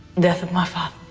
death of my father.